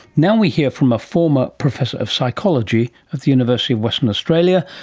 now we hear from a former professor of psychology at the university of western australia,